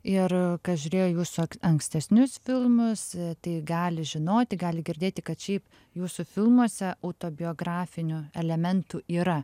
ir kas žiūrėjo jūsų ankstesnius filmus tai gali žinoti gali girdėti kad šiaip jūsų filmuose autobiografinių elementų yra